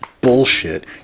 Bullshit